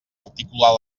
articular